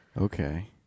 Okay